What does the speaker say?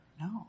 No